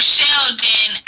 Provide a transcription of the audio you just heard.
Sheldon